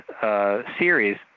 series